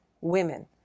Women